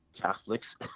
catholics